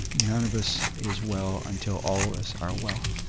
none of us is well until all of us are well.